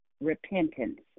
repentance